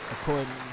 According